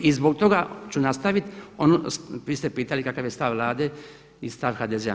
I zbog toga ću nastaviti, vi ste pitali kakav je stav Vlade i stav HDZ-a.